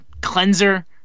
cleanser